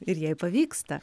ir jai pavyksta